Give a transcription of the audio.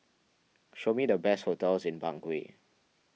show me the best hotels in Bangui